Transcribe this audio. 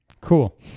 Cool